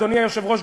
אדוני היושב-ראש,